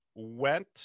went